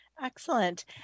Excellent